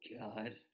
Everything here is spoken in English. God